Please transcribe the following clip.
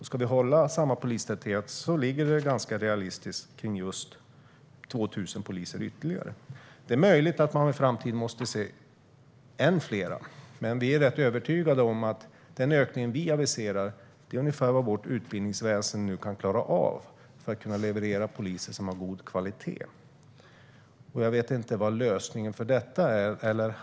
Ska vi hålla samma polistäthet ligger siffran ganska realistiskt kring just 2 000 ytterligare poliser. Det är möjligt att man i framtiden måste se än fler, men vi är rätt övertygade om att den ökning vi aviserar är ungefär vad vårt utbildningsväsen kan klara av för att kunna leverera poliser som har god kvalitet. Jag vet inte vad lösningen på detta är.